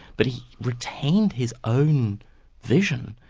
but he retained his own vision,